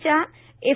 च्या एफ